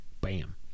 Bam